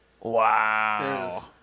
Wow